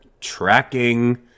tracking